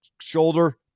shoulder